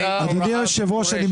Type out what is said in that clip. הצעתה של חברת הכנסת עאידה תומא סלימאן,